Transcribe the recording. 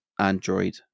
Android